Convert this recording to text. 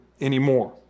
anymore